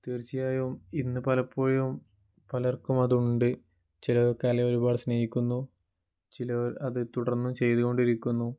തീർച്ചയായും ഇന്ന് പലപ്പോഴും പലർക്കും അതുണ്ട് ചിലർ കലയെ ഒരുപാട് സ്നേഹിക്കുന്നു ചിലവർ അത് തുടർന്നും ചെയ്തുകൊണ്ടിരിക്കുന്നു